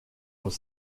aux